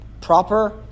proper